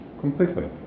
completely